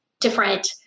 different